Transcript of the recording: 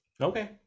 okay